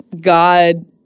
God